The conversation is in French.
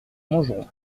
montgeron